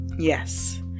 Yes